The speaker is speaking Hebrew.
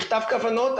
מכתב כוונות,